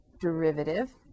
derivative